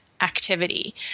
activity